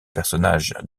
personnages